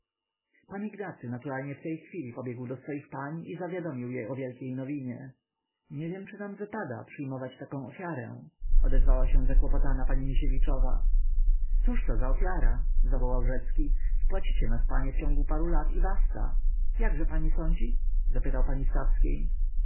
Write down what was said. pan ignacy naturalnie w tej chwili pobiegł do swoich pań i zawiadomił je o wielkiej nowinie nie wiem czy nam wypada przyjmować taką ofiarę odezwała się zakłopotana pani misiewiczowa cóżto za ofiara zawołał rzecki spłacicie nas panie w ciągu paru lat i basta jakże pani sądzi zapytał pani